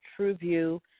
TrueView